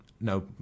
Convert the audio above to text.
No